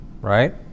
Right